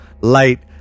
light